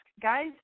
Guys